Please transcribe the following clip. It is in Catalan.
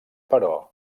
però